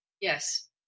Yes